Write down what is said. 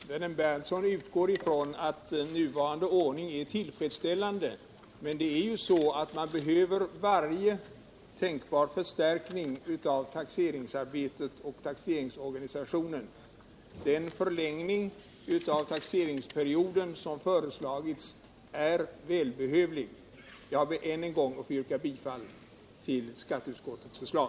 Herr talman! Nils Berndtson utgår ifrån att nuvarande ordning är tillfredsställande. Men så är ej fallet utan man behöver varje tänkbar förbättring i taxeringsarbetet och varje tänkbar förstärkning av taxeringsorganisationen. Den förlängning av taxeringsperioden som föreslagits är välbehövlig. Jag vill än en gång yrka bifall till skatteutskottets förslag.